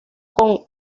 con